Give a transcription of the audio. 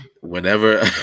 whenever